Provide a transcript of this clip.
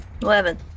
Eleven